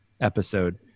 episode